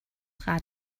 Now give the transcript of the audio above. rad